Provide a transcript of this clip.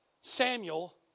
Samuel